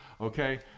Okay